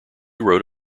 wrote